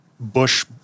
bush